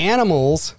Animals